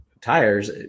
tires